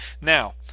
Now